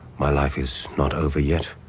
my life is not over yet,